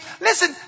Listen